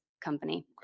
company